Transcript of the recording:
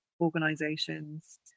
organizations